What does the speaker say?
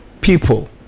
people